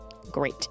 Great